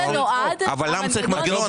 למה צריך מנגנון?